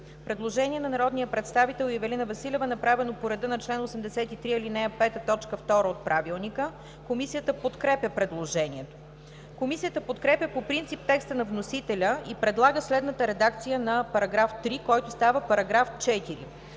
Предложение на народния представител Ивелина Василева направено по реда на чл. 83, ал. 5, т. 2 от Правилника. Комисията подкрепя предложението. Комисията подкрепя по принцип текста на вносителя и предлага следната редакция на § 3, който става § 4: „§ 4.